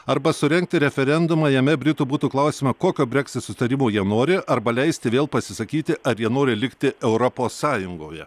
arba surengti referendumą jame britų būtų klausiama kokio brexit susitarimo jie nori arba leisti vėl pasisakyti ar jie nori likti europos sąjungoje